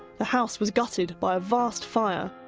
the house was gutted by a vast fire,